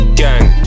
gang